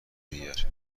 دیگر